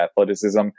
athleticism